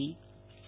Nehal Thakkar